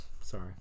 Sorry